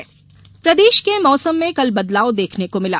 मौसम प्रदेश के मौसम में कल बदलाव देखने को मिला